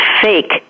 fake